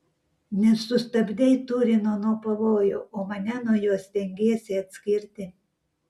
nesustabdei turino nuo pavojų o mane nuo jo stengiesi atskirti